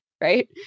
Right